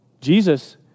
Jesus